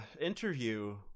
interview